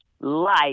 life